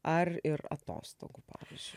ar ir atostogų pavyzdžiui